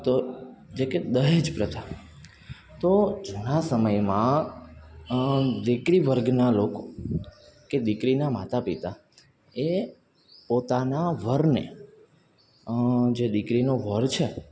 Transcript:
તો જે કે દહેજપ્રથા તો જૂના સમયમાં દીકરી વર્ગના લોકો કે દીકરીના માતા પિતા એ પોતાના વરને જે દીકરીનો વર છે